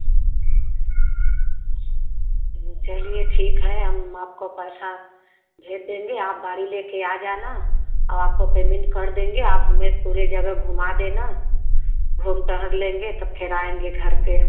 चलिए ठीक है हम आपको पैसा भेज देंगे आप गाड़ी लेकर आ जाना और आपको पेमेंट कर देंगे आप हमें पूरे जगा घुमा देना घूम टहल लेंगे तो फिर आएँगे घर पर